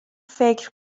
فکر